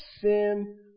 sin